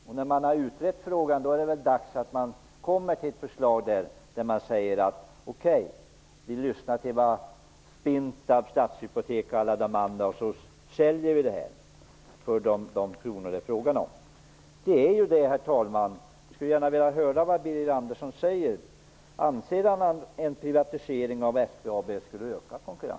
Och när man har utrett den är det väl dags att komma med ett förslag; man säger då exempelvis att man lyssnar till vad Spintab, Stadshypotek och alla de andra anser och säljer SBAB. Anser Birger Andersson att en privatisering av SBAB skulle öka konkurrensen? Jag skulle gärna vilja höra vad Birger Andersson säger om det.